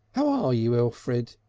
how are you, elfrid?